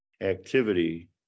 activity